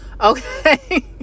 Okay